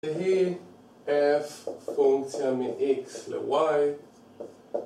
זה היה f פונקציה מ-x ל-y